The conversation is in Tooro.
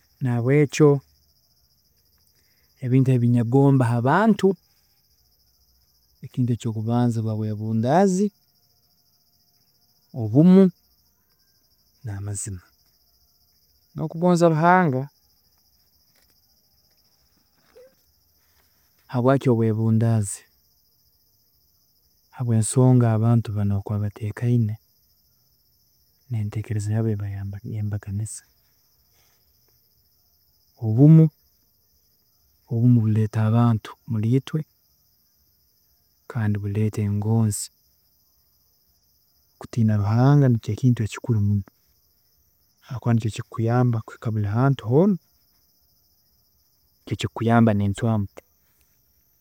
﻿Nahabwekyo ebintu ebinyegomba habantu, ekintu ekyokubanza buba bwebundaazi, obumu, namazima, nokugoonza Ruhanga, habwaaki obweebundaazi, habwensonga abantu banu obu baba batekeine, neteekereza yabo eba yembaganiza, obumu, obumu bureeta abantu muri itwe kandi bureeta engoonzi, kutiina Ruhanga nikyo ekintu ekikuru habwokuba nikyo kiri kukuyamba kuhika buri hantu hoona, nikyo kiri kukuyamba nencwaamu.